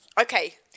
Okay